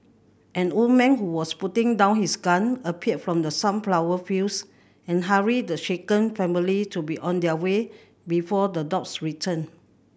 an old man who was putting down his gun appeared from the sunflower fields and hurried the shaken family to be on their way before the dogs return